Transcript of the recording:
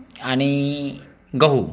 आणि गहू